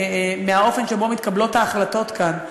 מהאופן שבו מתקבלות ההחלטות כאן.